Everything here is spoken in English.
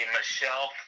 Michelle